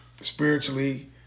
spiritually